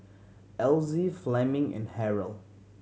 Elzie Fleming and Harold